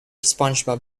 spongebob